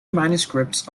manuscripts